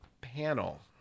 panel